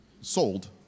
sold